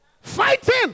Fighting